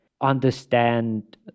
understand